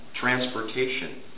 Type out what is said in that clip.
Transportation